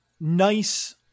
nice